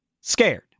Scared